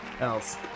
else